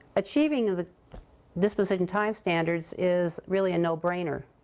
achieving the disposition time standards is really a no-brainer.